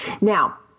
Now